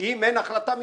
אין החלטה מיוחדת.